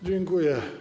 Dziękuję.